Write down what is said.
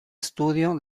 estudio